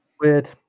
Weird